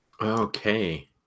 Okay